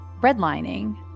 redlining